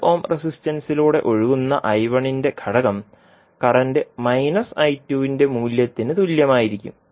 2 ohm റെസിസ്റ്റൻസിലൂടെ ഒഴുകുന്ന ന്റെ ഘടകം കറന്റ് ന്റെ മൂല്യത്തിന് തുല്യമായിരിക്കും